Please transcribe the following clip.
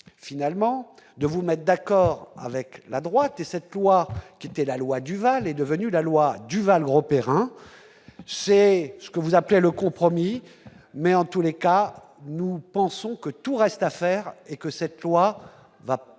finalement de vous êtes d'accord avec la droite et cette loi, qui était la loi Duval est devenue la loi Duval Grosperrin, c'est ce que vous appelez le compromis mais en tous les cas, nous pensons que tout reste à faire et que cette loi va